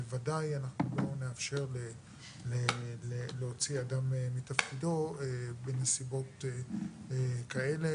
אנחנו בוודאי לא נאפשר להוציא אדם מתפקידו בנסיבות כאלה,